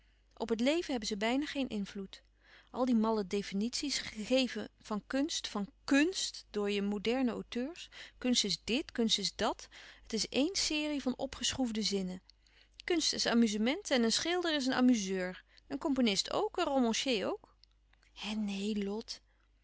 op het leven hebben ze bijna geen invloed al die malle definities gegeven van kunst van kùnst door je moderne auteurs kunst is dt kunst is dàt het is éen serie van opgeschroefde zinnen kunst is amuzement en een schilder is een amuzeur een componist ook een romancier ook hè neen lot